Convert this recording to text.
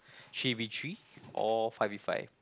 three V three or five V five